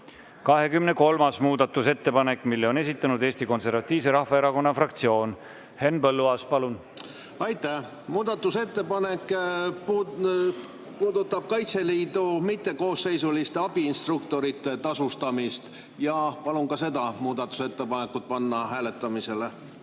23. muudatusettepanek. Selle on esitanud Eesti Konservatiivse Rahvaerakonna fraktsioon. Henn Põlluaas, palun! Aitäh! Muudatusettepanek puudutab Kaitseliidu mittekoosseisuliste abiinstruktorite tasustamist. Palun ka see muudatusettepanek panna hääletusele.